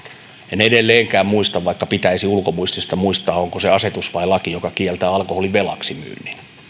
en edelleenkään muista vaikka pitäisi ulkomuistista muistaa onko se asetus vai laki joka kieltää alkoholin velaksi myynnin